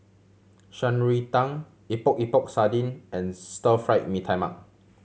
Shan Rui Tang Epok Epok Sardin and Stir Fried Mee Tai Mak